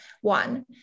one